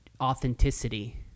authenticity